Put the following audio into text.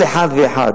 כל אחד ואחד,